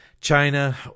China